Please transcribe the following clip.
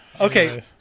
okay